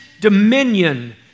dominion